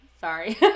Sorry